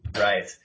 right